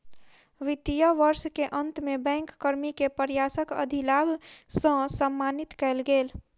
वित्तीय वर्ष के अंत में बैंक कर्मी के प्रयासक अधिलाभ सॅ सम्मानित कएल गेल